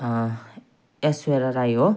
एश्वर्य राय हो